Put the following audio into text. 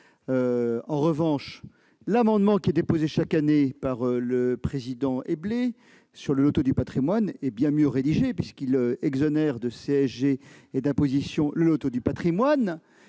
En revanche, l'amendement déposé chaque année par le président Éblé est bien mieux rédigé puisqu'il exonère de CSG et d'imposition le loto du patrimoine,